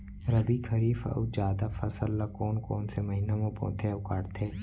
रबि, खरीफ अऊ जादा फसल ल कोन कोन से महीना म बोथे अऊ काटते?